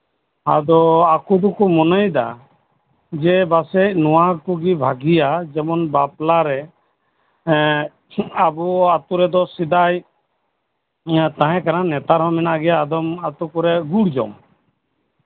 ᱟᱫᱚ ᱟᱠᱚ ᱫᱚᱠᱚ ᱢᱚᱱᱮᱭᱮᱫᱟ ᱡᱮ ᱯᱟᱥᱮᱡ ᱱᱚᱣᱟ ᱠᱚᱜᱮ ᱵᱷᱟᱹᱜᱤᱭᱟ ᱯᱟᱥᱮᱡ ᱵᱟᱯᱞᱟᱨᱮ ᱟᱵᱚ ᱟᱹᱛᱩ ᱨᱮᱫᱚ ᱥᱮᱫᱟᱭ ᱛᱟᱸᱦᱮ ᱠᱟᱱᱟ ᱱᱮᱛᱟᱨ ᱦᱚᱸ ᱢᱮᱱᱟᱜ ᱜᱮᱭᱟ ᱟᱫᱚᱢ ᱟᱹᱛᱩ ᱠᱚᱨᱮ ᱡᱮᱢᱚᱱ ᱜᱩᱲ ᱡᱚᱢ